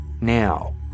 Now